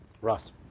Russ